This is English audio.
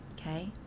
okay